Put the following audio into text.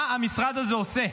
מה המשרד הזה עושה?